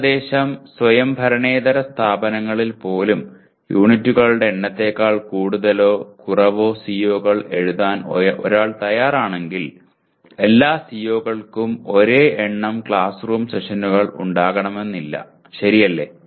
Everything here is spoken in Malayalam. ഏകദേശം സ്വയംഭരണേതര സ്ഥാപനങ്ങളിൽ പോലും യൂണിറ്റുകളുടെ എണ്ണത്തേക്കാൾ കൂടുതലോ കുറവോ CO കൾ എഴുതാൻ ഒരാൾ തയ്യാറാണെങ്കിൽ എല്ലാ CO കൾക്കും ഒരേ എണ്ണം ക്ലാസ് റൂം സെഷനുകൾ ഉണ്ടാകണമെന്നില്ല ശരിയല്ലേ